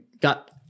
got